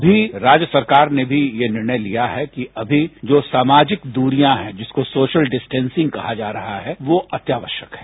अभी राज्य सरकार ने भी यह निर्णय लिया है कि अभी जो सामाजिक दूरियां हैं जिसे सोशल डिस्टेंसिंग कहा जा रहा वो अत्यावश्यक है